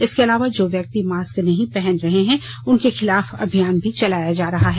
इसके अलावा जो व्यक्ति मास्क नहीं पहने रहे हैं उनके खिलाफ अभियान भी चलाया जा रहा है